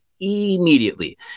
immediately